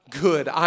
good